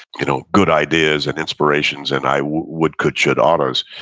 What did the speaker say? you know good ideas and inspirations, and i would, could, should, ought tos,